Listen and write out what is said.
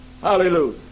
Hallelujah